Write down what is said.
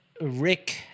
Rick